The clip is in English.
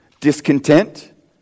discontent